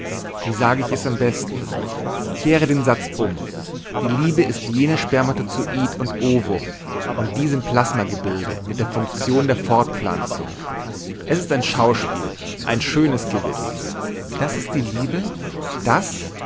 wie sage ich es am besten kehre den satz um die liebe ist jenes spermatozoid und ovum und die sind plasmagebilde mit der funktion der fortpflanzung es ist ein schauspiel ein schönes gewiß das ist die liebe das